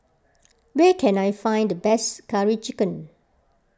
where can I find the best Curry Chicken